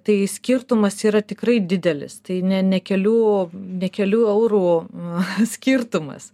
tai skirtumas yra tikrai didelis tai ne ne kelių ne kelių eurų skirtumas